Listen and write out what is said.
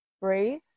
breathe